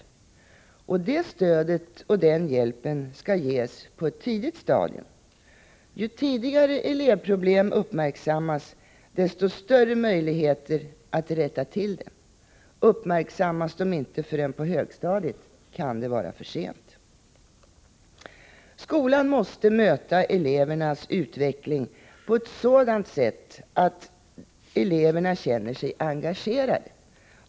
Och det stödet och den hjälpen skall ges på ett tidigt stadium. Ju tidigare elevproblem uppmärksammas, desto större är möjligheterna att rätta till dem. Uppmärksammas de inte förrän på högstadiet kan det vara för sent. Skolan måste möta elevernas utveckling på ett sådant sätt att eleverna känner sig engagerade.